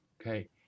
okay